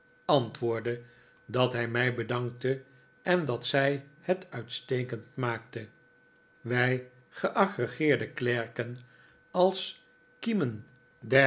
antwoordde dat hij mij bedankte en dat zij het uitstekend maakte wij geagreeerde klerken als kiemen